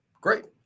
Great